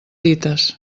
dites